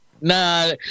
nah